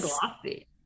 glossy